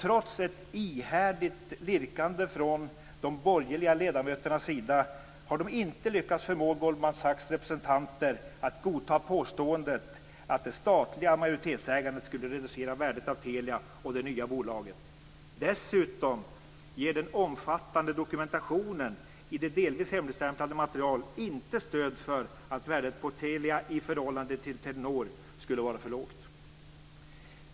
Trots ett ihärdigt lirkande från de borgerliga ledamöternas sida har de inte lyckats förmå Goldman Sachs representanter att godta påståendet att det statliga majoritetsägandet skulle reducera värdet av Telia och det nya bolaget. Dessutom ger den omfattande dokumentationen i det delvis hemligstämplade materialet inte stöd för att värdet på Telia i förhållande till Telenor skulle vara för lågt.